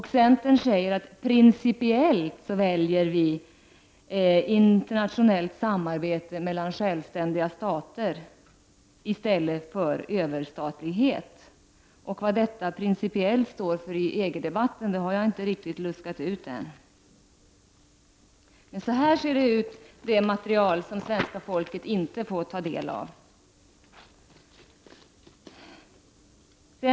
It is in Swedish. Från centern säger man att man principiellt väljer internationellt samarbete mellan självständiga stater i stället för överstatlighet. Vad detta principiellt innebär i EG-debatten har jag inte riktigt luskat ut ännu. Men så här ser alltså det material ut som svenska folket inte får ta del av.